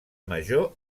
major